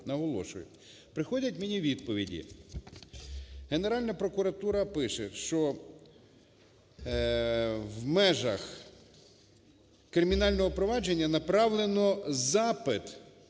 Приходять мені відповіді, Генеральна прокуратура пише, що в межах кримінального провадження направлено запит